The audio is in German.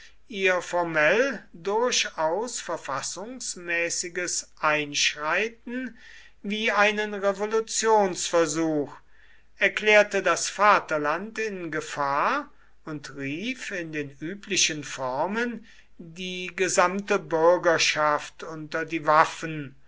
ihr formell durchaus verfassungsmäßiges einschreiten wie einen revolutionsversuch erklärte das vaterland in gefahr und rief in den üblichen formen die gesamte bürgerschaft unter die waffen